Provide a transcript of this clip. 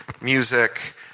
music